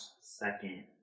second